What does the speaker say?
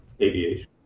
aviation